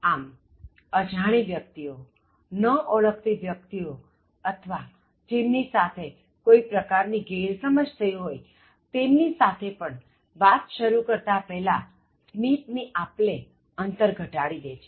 આમ અજાણી વ્યક્તિઓ ન ઓળખતી વ્યક્તિઓ અથવા જેમની સાથે કોઇ પ્રકાર ની ગેરસમજ થઇ હોય તેમની સાથે પણ વાત શરુ કરતા પહેલાં સ્મિત ની આપલે અંતર ઘટાડી દે છે